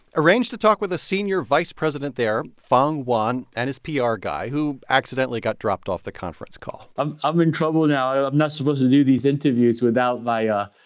arranged to talk with a senior vice president there, fong wan, and his ah pr guy, who accidentally got dropped off the conference call i'm i'm in trouble now. i'm not supposed to do these interviews without my ah